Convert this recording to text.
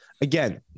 Again